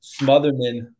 Smotherman